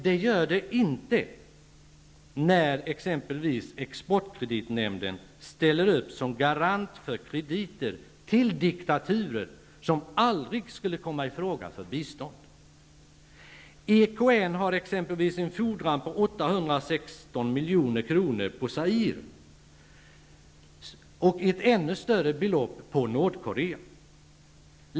Det gör den inte när Exportkreditnämnden ställer upp som garant för krediter till diktaturer som aldrig skulle komma i fråga för bistånd. EKN har t.ex. en fordran på 816 milj.kr. på Zaire och en annan på ett ännu större belopp på Nordkorea.